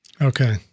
Okay